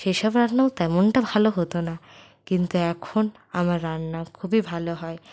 সেসব রান্নাও তেমনটা ভালো হতো না কিন্তু এখন আমার রান্না খুবই ভালো হয়